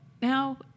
Now